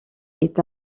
est